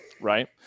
Right